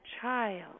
child